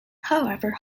however